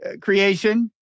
creation